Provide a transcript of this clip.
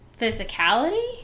physicality